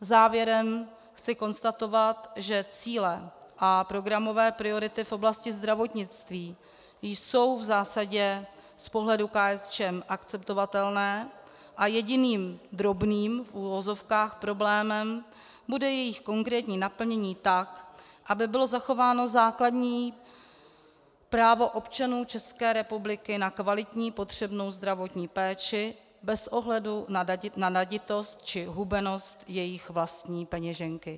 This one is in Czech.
Závěrem chci konstatovat, že cíle a programové priority v oblasti zdravotnictví jsou v zásadě z pohledu KSČM akceptovatelné a jediným drobným, v uvozovkách, problémem bude jejich konkrétní naplnění tak, aby bylo zachováno základní právo občanů České republiky na kvalitní potřebnou zdravotní péči bez ohledu na naditost či hubenost jejich vlastní peněženky.